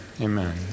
amen